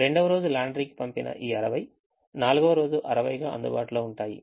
రెండవ రోజు లాండ్రీకి పంపిన ఈ 60 నాల్గవ రోజు 60 గా అందుబాటులో ఉంటాయి